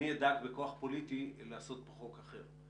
אני אדאג בכוח פוליטי לעשות פה חוק אחר,